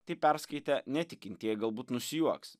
tai perskaitę netikintieji galbūt nusijuoks